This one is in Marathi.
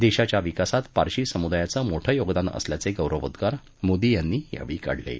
देशाच्या विकासात पारशी समुदायाचं मोठं योगदान असल्याचे गौरवोद्गार मोदी यांनी काढले आहेत